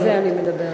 על זה אני מדברת.